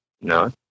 No